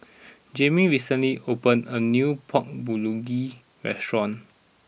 Jamie recently opened a new Pork Bulgogi restaurant